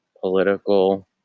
political